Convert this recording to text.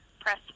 Press